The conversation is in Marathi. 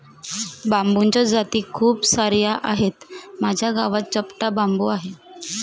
बांबूच्या जाती खूप सार्या आहेत, माझ्या गावात चपटा बांबू आहे